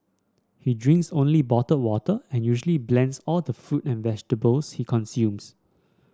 he drinks only bottled water and usually blends all the fruit and vegetables he consumes